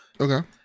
Okay